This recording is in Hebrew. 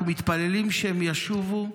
אנחנו מתפללים שהם ישובו.